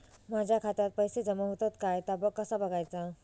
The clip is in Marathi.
माझ्या खात्यात पैसो जमा होतत काय ता कसा बगायचा?